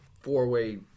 four-way